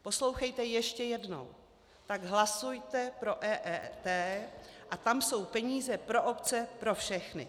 Poslouchejte ještě jednou: Tak hlasujte pro EET a tam jsou peníze pro obce, pro všechny.